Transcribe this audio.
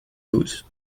douze